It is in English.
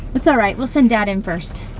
it's alright, we'll send dad in first.